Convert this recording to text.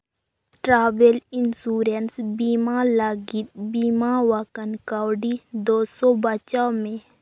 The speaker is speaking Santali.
ᱴᱨᱟᱵᱷᱮᱞ ᱤᱱᱥᱩᱨᱮᱱᱥ ᱵᱤᱢᱟ ᱞᱟᱹᱜᱤᱫ ᱵᱤᱢᱟ ᱟᱠᱟᱱ ᱠᱟᱹᱣᱰᱤ ᱫᱳ ᱥᱚ ᱵᱟᱧᱪᱟᱣ ᱢᱮ